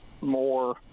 more